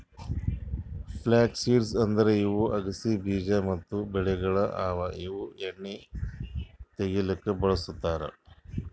flux seeds ಅಂದುರ್ ಇವು ಅಗಸಿ ಬೀಜ ಮತ್ತ ಬೆಳೆಗೊಳ್ ಅವಾ ಇವು ಎಣ್ಣಿ ತೆಗಿಲುಕ್ ಬಳ್ಸತಾರ್